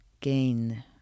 gain